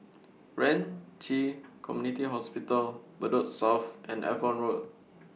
Ren Ci Community Hospital Bedok South and Avon Road